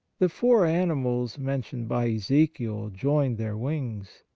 the four animals mentioned by ezekiel joined their wings,